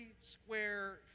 square